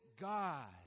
God